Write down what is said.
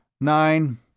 nine